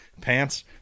Pants